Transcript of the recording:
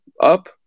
up